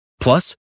Plus